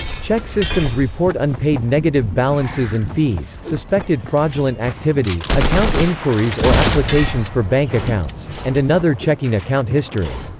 chexsystems report unpaid negative balances and fees, suspected fraudulent activity, account inquiries or applications for bank accounts, and another checking account history.